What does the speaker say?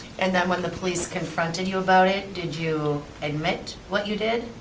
and and when the police confronted you about it, did you admit what you did?